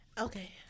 Okay